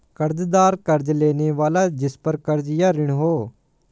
कर्ज़दार कर्ज़ लेने वाला जिसपर कर्ज़ या ऋण हो